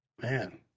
Man